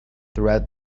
throughout